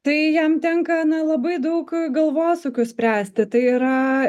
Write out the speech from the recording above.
tai jam tenka na labai daug galvosūkių spręsti tai yra